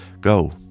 Go